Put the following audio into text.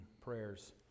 prayers